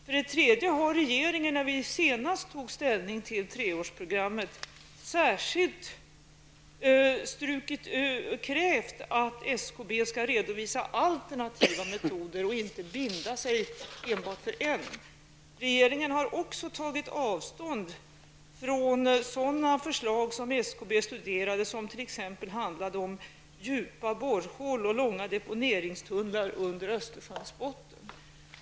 För det tredje har regeringen, när vi senast tog ställning till treårsprogrammet, särskilt krävt att SKB skall redovisa alternativa metoder och inte binda sig för enbart en. Regeringen har också tagit avstånd från sådana förslag som SKB studerade som handlade om t.ex. djupa borrhål och långa deponeringstunnlar under Östersjöns botten.